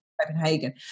Copenhagen